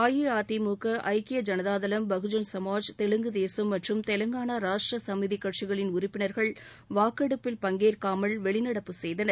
அஇஅதிமுக ஐக்கிய ஐனதாதளம் பகுஜன் சமாஜ் தெலுங்குதேசம் மற்றும் தெலங்கானா ராஷ்ட்ரசமிதிகட்சிகளின் உறுப்பினர்கள் வாக்கெடுப்பில் பங்கேற்காமல் வெளிநடப்பு செய்தனர்